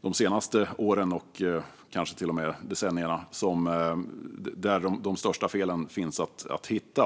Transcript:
de senaste åren eller kanske till och med decennierna, där de största felen finns att hitta.